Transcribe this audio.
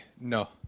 No